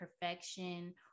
perfection